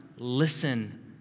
listen